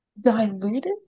diluted